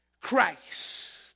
Christ